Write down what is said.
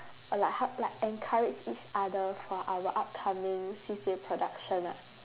uh like how like encourage each other for our upcoming C_C_A production ah